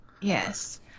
Yes